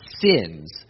sins